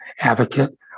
advocate